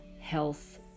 health